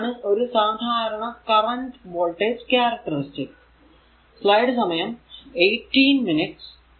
ഇതാണ് ഒരു സാധാരണ കറന്റ് വോൾടേജ് ക്യാരക്ടറിസ്റ്റിക്സ്